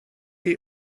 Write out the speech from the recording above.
chi